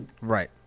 right